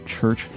Church